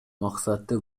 максаты